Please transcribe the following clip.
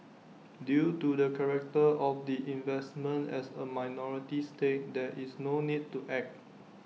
due to the character of the investment as A minority stake there is no need to act